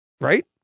Right